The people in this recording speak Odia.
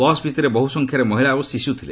ବସ୍ ଭିତରେ ବହୁ ସଂଖ୍ୟାରେ ମହିଳା ଓ ଶିଶୁ ଥିଲେ